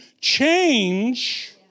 change